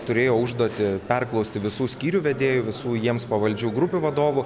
turėjo užduotį perklausti visų skyrių vedėjų visų jiems pavaldžių grupių vadovų